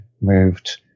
moved